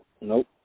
Nope